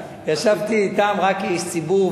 ישבתי אתם רק כאיש ציבור,